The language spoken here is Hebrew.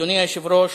אדוני היושב-ראש,